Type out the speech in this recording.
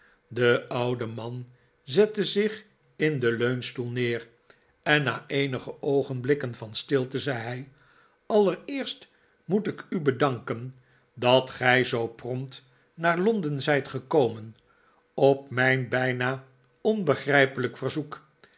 de oude man zette zich in den leunstoel neer en na eenige oogenblikken van stilte zei hij allereerst moet ik u bedanken dat gij zoo prompt naar londen zijt gekomen op mijn bijna onbegrijpelijk verzoek